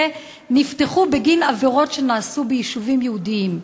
נפתחו בגין עבירות שנעשו ביישובים יהודיים.